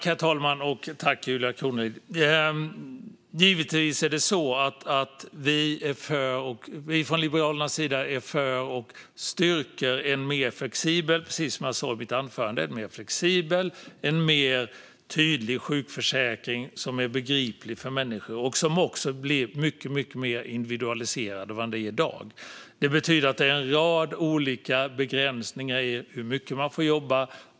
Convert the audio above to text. Herr talman! Tack, Julia Kronlid! Givetvis är Liberalerna, precis som jag sa i mitt anförande, för och styrker en mer flexibel och tydlig sjukförsäkring som är begriplig för människor och som blir mycket mer individualiserad än i dag. Det betyder att det blir en rad olika begränsningar i hur mycket man får jobba.